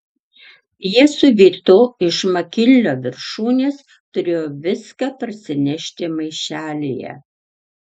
jie su vytu iš makinlio viršūnės turėjo viską parsinešti maišelyje